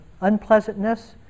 unpleasantness